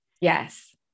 Yes